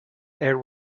air